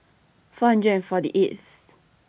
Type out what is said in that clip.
four hundred and forty eighth